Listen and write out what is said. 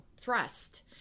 thrust